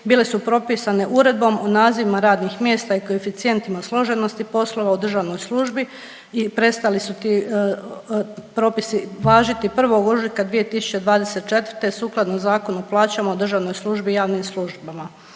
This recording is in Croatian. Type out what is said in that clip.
bile su propisom Uredbom o nazivima radnih mjesta i koeficijentima složenosti poslova u državnoj službi i prestali su ti propisi važiti 1. ožujka 2024. sukladno Zakonu o plaćama u državnoj službi i javnim službama.